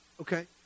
okay